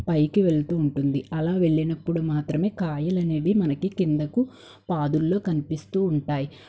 పైకి వెళుతు ఉంటుంది అలా వెళ్ళినప్పుడు మాత్రమే కాయలనేవి మనకి కిందకు పాదుల్లో కనిపిస్తూ ఉంటాయి